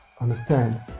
understand